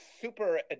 super